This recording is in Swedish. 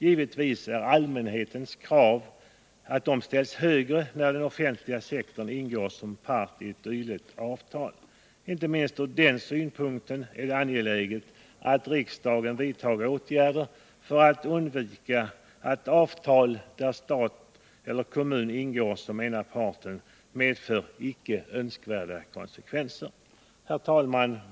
Givetvis ställs allmänhetens krav högre när den offentliga sektorn ingår som en av parterna i ett dylikt avtal. Inte minst ur den synpunkten är det angeläget att riksdagen vidtar åtgärder för att undvika att avtal där stat eller kommun ingår som den ena parten medför icke önskvärda skattekonsekvenser. Herr talman!